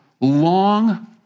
long